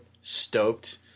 stoked